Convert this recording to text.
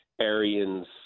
arians